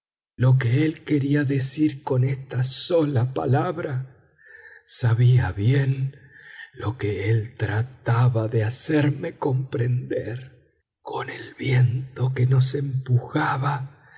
lo que él quería decir con esta sola palabra sabía bien lo que él trataba de hacerme comprender con el viento que nos empujaba